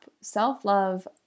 self-love